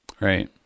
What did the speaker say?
Right